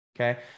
Okay